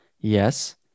Yes